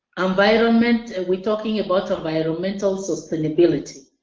environment, and we're talking about environmental sustainability.